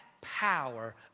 power